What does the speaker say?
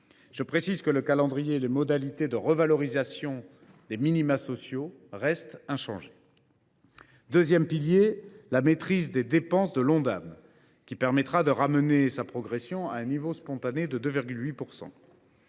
Je précise que le calendrier et les modalités de revalorisation des minima sociaux restent inchangés. Le deuxième pilier est la maîtrise des dépenses de l’Ondam, qui permettra de ramener la progression de celui ci à son niveau spontané de 2,8 %.